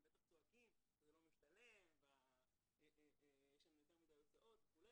הם בטח צועקים שזה לא משתלם ויש לנו יותר מדיי הוצאות וכו',